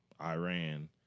Iran